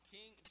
King